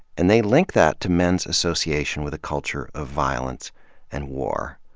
and they link that to men's association with a culture of violence and war.